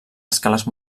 escales